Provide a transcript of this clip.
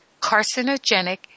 carcinogenic